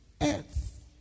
Earth